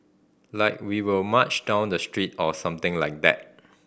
like we will march down the street or something like that